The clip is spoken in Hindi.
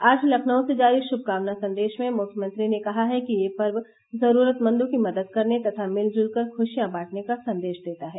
आज लखनऊ से जारी शुभकामना संदेश में मुख्यमंत्री ने कहा है कि यह पर्व जरूरतमंदों की मदद करने तथा मिलजुल कर खुशियां बांटने का संदेश देता है